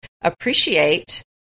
appreciate